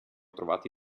trovati